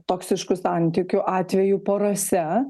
toksiškų santykių atvejų porose